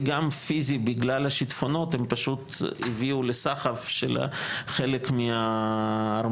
וגם פיזית בגלל השטפונות הם פשוט הביאו לסחף של חלק מהארמונות.